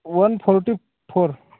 one forty four